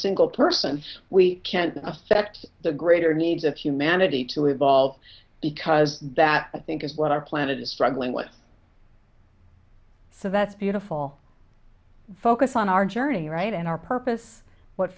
single person we can affect the greater needs of humanity to evolve because that i think is what our planet is struggling with so that's beautiful focus on our journey right and our purpose what